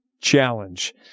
challenge